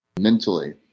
mentally